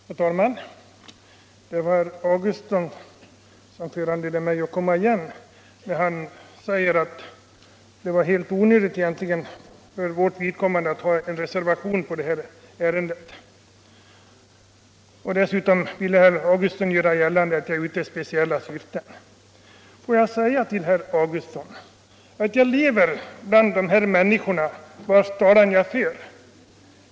Herr talman! Det var herr Augustsson som föranledde mig att komma igen när han sade att det var helt onödigt att vi hade avgivit en reservation i detta ärende. Dessutom vill herr Augustsson göra gällande att jag var ute i något speciellt syfte. Får jag säga till herr Augustsson att jag lever bland dessa människor vars talan jag för.